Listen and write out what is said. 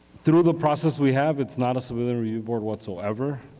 through the process we have it's not a civilian review board whatsoever.